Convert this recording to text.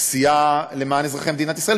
עשייה למען אזרחי מדינת ישראל,